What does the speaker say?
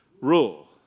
Rule